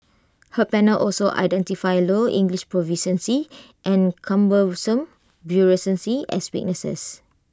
her panel also identified low English proficiency and cumbersome bureaucracy as weaknesses